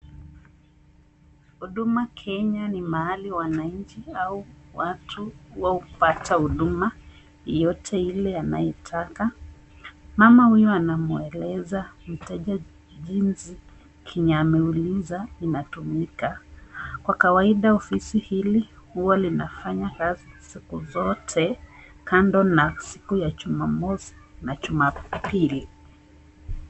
Huduma Kenya ni mahali wananchi au watu hupata huduma yote ile anayetaka. Mama huyo anamweleza mteja jinsi kenye ameuliza inatumika. Kwa kawaida ofisi hili huwa linafanya kazi siku zote kando na siku ya Jumamosi na Jumapili.